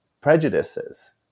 prejudices